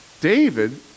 David